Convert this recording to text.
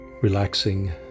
relaxing